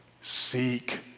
Seek